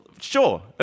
Sure